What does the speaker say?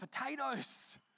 potatoes